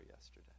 yesterday